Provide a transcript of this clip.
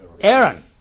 Aaron